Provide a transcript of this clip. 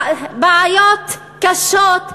אנחנו לא נפתור בעיות קשות.